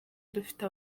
dufite